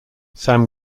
sam